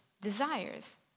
desires